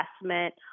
investment